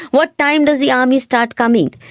what time does the army start coming?